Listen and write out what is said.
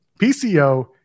PCO